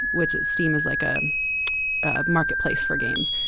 which steam is like a ah marketplace for games.